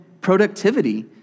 productivity